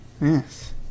Yes